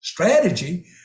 strategy